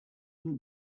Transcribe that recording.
and